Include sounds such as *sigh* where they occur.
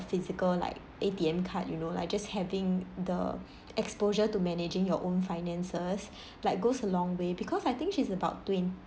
physical like A_T_M card you know like just having the exposure to managing your own finances *breath* like goes a long way because I think she's about twenty